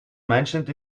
mentioned